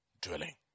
dwelling